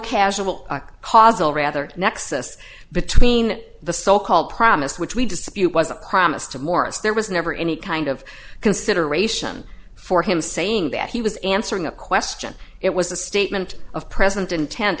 casual a causal rather nexus between the so called promise which we dispute was a promise to morris there was never any kind of consideration for him saying that he was answering a question it was a statement of present intent